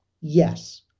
yes